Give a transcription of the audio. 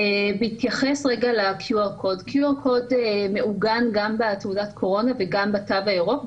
בהתייחס רגע ל-QR CODE שמעוגן גם בתעודת הקורונה וגם בתו הירוק,